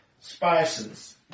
spices